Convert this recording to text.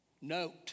Note